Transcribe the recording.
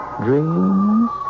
dreams